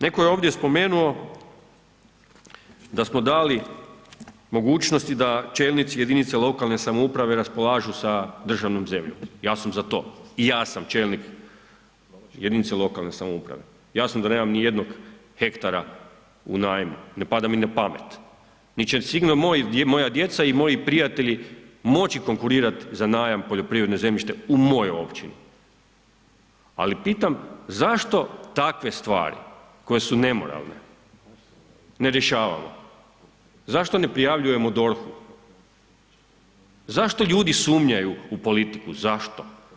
Netko je ovdje spomenuo da smo dali mogućnosti da čelnici jedinica lokalne samouprave raspolažu sa državnom zemljom, ja sam za to, i ja sam čelnik jedinice lokalne samouprave, jasno da nemam ni jednog hektara u najmu, ne pada mi ni na pamet, niti će sigurno moja djeca i moji prijatelji moći konkurirat za najam poljoprivrednog zemljišta u mojoj Općini, ali pitam zašto takve stvari koje su nemoralne ne rješavamo, zašto je prijavljujemo DORH-u, zašto ljudi sumnjaju u politiku, zašto?